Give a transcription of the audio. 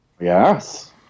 Yes